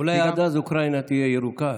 אולי עד אז אוקראינה תהיה ירוקה,